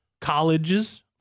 colleges